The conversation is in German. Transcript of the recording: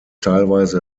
teilweise